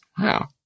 Wow